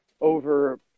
over